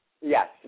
Yes